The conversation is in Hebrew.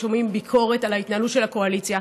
שומעים ביקורת על ההתנהלות של הקואליציה,